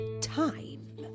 time